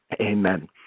Amen